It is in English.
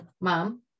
mom